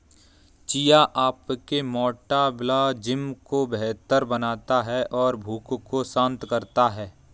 chia आपके metabolism को बेहतर बनाता है और भूख को शांत करता है